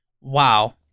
wow